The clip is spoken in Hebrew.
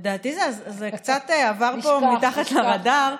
לדעתי, זה קצת עבר פה מתחת לרדאר.